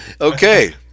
Okay